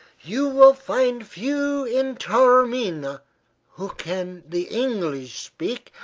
you will find few in taormina who can the english speak,